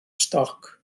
stoc